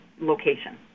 location